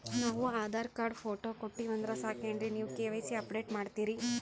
ನಾವು Aadhaar card, photo ಕೊಟ್ಟೀವಂದ್ರ ಸಾಕೇನ್ರಿ ನೀವ ಕೆ.ವೈ.ಸಿ ಅಪಡೇಟ ಮಾಡ್ತೀರಿ?